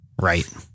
Right